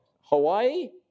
Hawaii